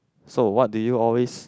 so what do you always